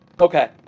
Okay